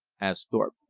asked thorpe.